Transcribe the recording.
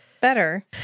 better